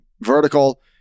vertical